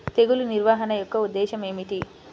తెగులు నిర్వహణ యొక్క ఉద్దేశం ఏమిటి?